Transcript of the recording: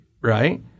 right